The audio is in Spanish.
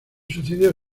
sucedió